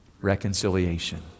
reconciliation